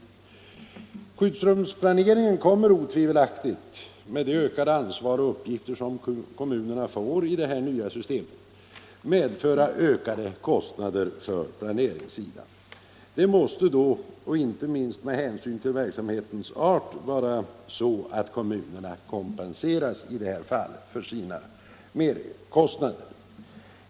Kostnaderna för skyddsrumsplaneringen kommer otvivelaktigt med det ökade ansvar och de uppgifter som kommunerna får i det nya systemet att medföra ökade kostnader för dessa. Det måste då, inte minst med hänsyn till verksamhetens art, vara så att kommunerna kompenseras för sina merkostnader.